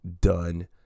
done